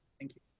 thank you.